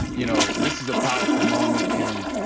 you know, this is a powerful moment. and,